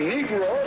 Negro